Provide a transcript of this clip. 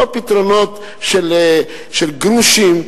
לא פתרונות של גרושים,